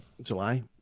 July